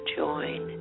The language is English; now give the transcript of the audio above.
join